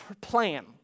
plan